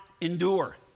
endure